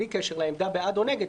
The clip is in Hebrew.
בלי קשר לעמדה בעד או נגד,